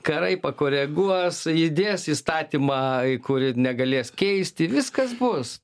karai pakoreguos įdės įstatymą į kurį negalės keisti viskas bus